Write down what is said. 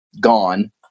gone